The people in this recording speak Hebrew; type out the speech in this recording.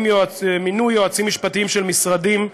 מינוי יועצים משפטיים של משרדים),